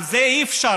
על זה אי-אפשר,